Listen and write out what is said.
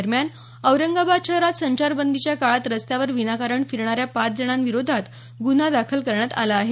दरम्यान औरंगाबाद शहरात संचारबंदीच्या काळात रस्त्यावर विनाकारण फिरणाऱ्या पाच जणांविरोधात गुन्हा दाखल करण्यात आला आहे